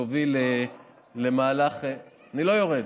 תוביל למהלך, אני לא יורד,